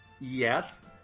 Yes